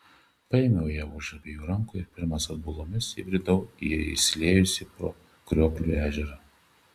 paėmiau ją už abiejų rankų ir pirmas atbulomis įbridau į išsiliejusį po kriokliu ežerą